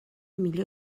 millor